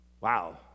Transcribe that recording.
wow